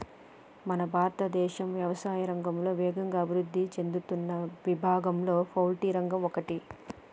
మన భారతదేశం యవసాయా రంగంలో వేగంగా అభివృద్ధి సేందుతున్న విభాగంలో పౌల్ట్రి రంగం ఒకటి